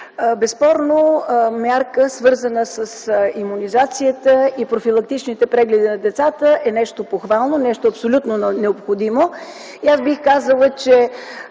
Безспорно мярка, свързана с имунизацията и профилактичните прегледи на децата, е нещо похвално, нещо абсолютно необходимо. Аз бих казала, че